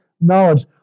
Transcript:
knowledge